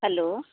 hello